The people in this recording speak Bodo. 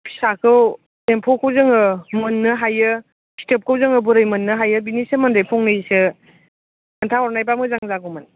फिसाखौ एम्फौखौ जोङो मोननो हायो फिथोबखौ जोङो बोरै मोननो हायो बेनि सोमोन्दै फंनैसो खिन्था हरनायबा मोजां जागौमोन